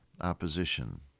opposition